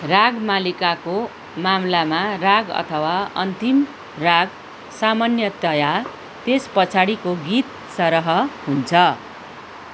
राग मालिकाको माम्लामा राग अथवा अन्तिम राग सामान्यतया त्यस पछाडिको गीतसरह हुन्छ